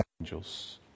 angels